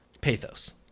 pathos